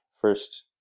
first